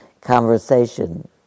conversation